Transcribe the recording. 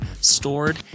stored